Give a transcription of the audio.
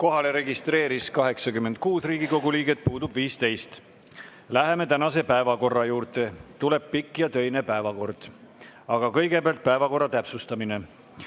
Kohalolijaks registreerus 86 Riigikogu liiget, puudub 15. Läheme tänase päevakorra juurde. Tuleb pikk ja töine päev. Aga kõigepealt päevakorra täpsustamine.